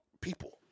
people